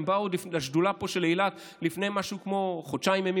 הם באו לפה לשדולה של אילת לפני משהו כמו חודשיים ימים,